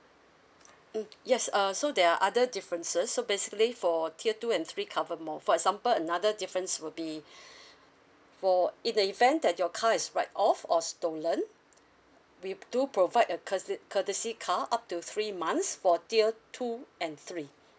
mm yes uh so there are other differences so basically for tier two and three cover more for example another difference will be for in the event that your car is write off or stolen we do provide a cursey~ courtesy car up to three months for tier two and three